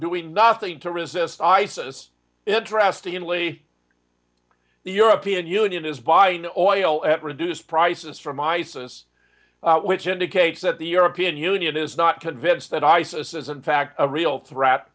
doing nothing to resist isis interestingly the european union is buying oil at reduced prices from isis which indicates that the european union is not convinced that isis is in fact a real threat